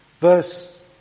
verse